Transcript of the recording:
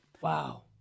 Wow